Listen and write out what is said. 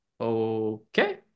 okay